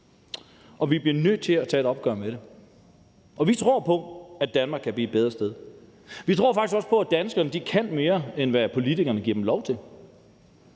og vi bliver nødt til at tage et opgør med det. Vi tror på, at Danmark kan blive et bedre sted. Vi tror faktisk også på, at danskerne kan mere, end hvad politikerne giver dem lov til.